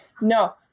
no